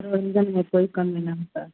मनोरंजन में कोई कमी न होता